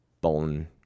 bone